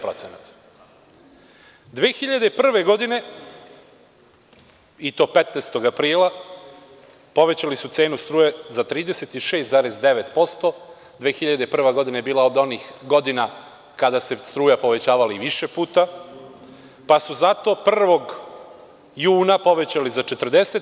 Godine 2001, i to 15. aprila, povećali su cenu struje za 36,9%, a 2001. godina je bila godina kada se struja povećavala i više puta, pa su zato 1. juna povećali za 40%